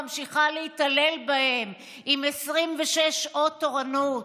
ממשיכה להתעלל בהם עם 26 שעות תורנות.